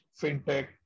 fintech